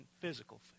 physical